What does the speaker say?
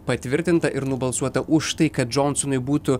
patvirtinta ir nubalsuota už tai kad džonsonui būtų